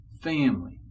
family